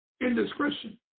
indiscretion